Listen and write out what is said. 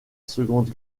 seconde